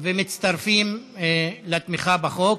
ומצטרפים לתמיכה בחוק,